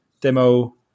demo